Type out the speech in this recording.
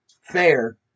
fair